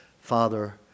father